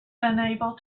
unable